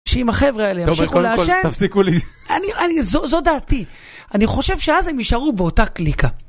שאם החבר'ה האלה ימשיכו לעשן, תפסיקו לי. זו דעתי. אני חושב שאז הם יישארו באותה קליקה.